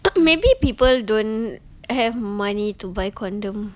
maybe people don't have money to buy condom